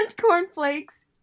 cornflakes